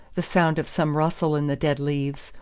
the sound of some rustle in the dead leaves,